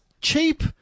cheap